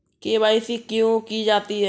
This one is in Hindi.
के.वाई.सी क्यों की जाती है?